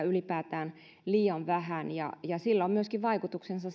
ylipäätään testauskapasiteettia on liian vähän ja sillä on myöskin vaikutuksensa